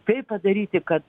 kaip padaryti kad